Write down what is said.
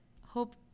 hope